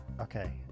Okay